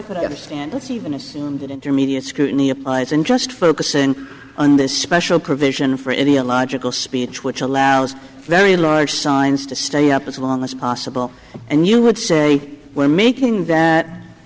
could understand it's even assumed that intermediate scrutiny applies in just focusing on this special provision for any unlogical speech which allows very large signs to stay up as long as possible and you would say we're making that